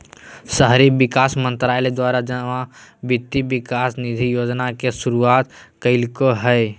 शहरी विकास मंत्रालय द्वारा जमा वित्त विकास निधि योजना के शुरुआत कल्कैय हइ